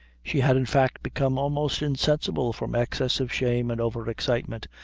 she had, in fact, become almost insensible from excess of shame and over excitement,